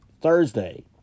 Thursday